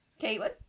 Caitlin